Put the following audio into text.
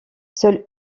seule